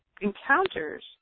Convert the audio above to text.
encounters